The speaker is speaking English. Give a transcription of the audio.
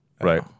right